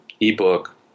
ebook